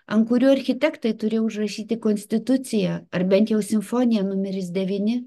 ant kurių architektai turi užrašyti konstituciją ar bent jau simfoniją numeris devyni